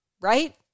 right